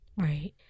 Right